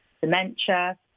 dementia